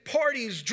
parties